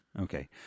Okay